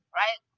right